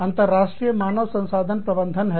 अंतर्राष्ट्रीय मानव संसाधन प्रबंधन है